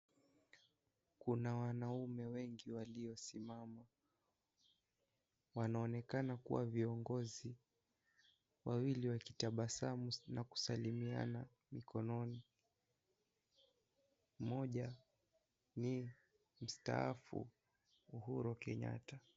Kuna wanaume wengi waliosimamama wanaonekana kuwa viongozi wawili wakitabasamu na kusalimiana mikononi mmoja ni mstaafu Uhuru Kenyatta.